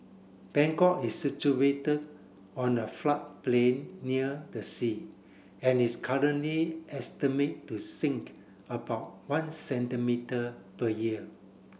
Bangkok is situated on a floodplain near the sea and is currently estimated to sink about one centimetre per year